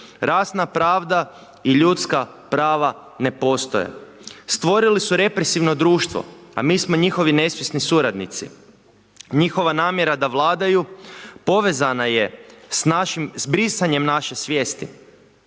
Rasna pravda i ljudska prava ne postoje. Stvorili su represivno društvo, a mi smo njihovi nesvjesni suradnici. Njihova namjera da vladaju povezana je s brisanjem naše svijesti.